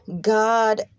God